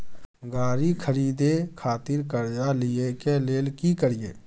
गाड़ी खरीदे खातिर कर्जा लिए के लेल की करिए?